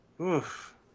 oof